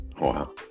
Wow